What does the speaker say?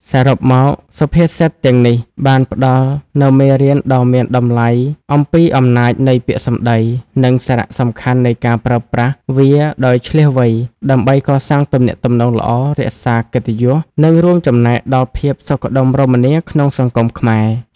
សរុបមក សុភាសិតទាំងនេះបានផ្តល់នូវមេរៀនដ៏មានតម្លៃអំពីអំណាចនៃពាក្យសម្ដី និងសារៈសំខាន់នៃការប្រើប្រាស់វាដោយឈ្លាសវៃ ដើម្បីកសាងទំនាក់ទំនងល្អ រក្សាកិត្តិយស និងរួមចំណែកដល់ភាពសុខដុមរមនាក្នុងសង្គមខ្មែរ។